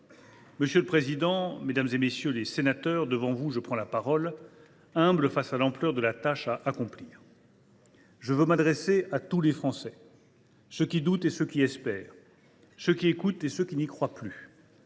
Madame la présidente, mesdames, messieurs les députés, devant vous, je prends la parole, humble face à l’ampleur de la tâche à accomplir. « Je veux m’adresser à tous les Français, ceux qui doutent et ceux qui espèrent, ceux qui écoutent et ceux qui n’y croient plus.